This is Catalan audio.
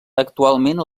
actualment